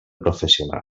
professional